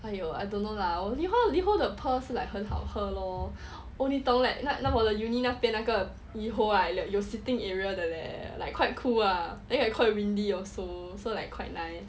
!aiyo! and you I don't know lah LiHO LiHO 的 pearls 是 like 很好喝 lor oh 你懂 like 我的 uni 那边那个 LiHO right 有 sitting area 的 leh like quite cool lah then quite windy also so like quite nice